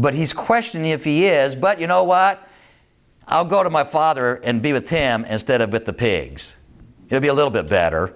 but he's questioning if he is but you know what i'll go to my father and be with him instead of with the pigs he'll be a little bit better